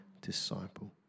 disciple